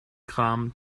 gramm